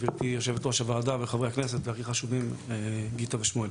גברתי יושבת ראש הוועדה וחברי הכנסת והכי חשובים גיטה ושמואל: